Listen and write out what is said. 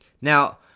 Now